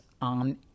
on